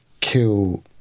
kill